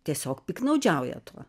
tiesiog piktnaudžiauja tuo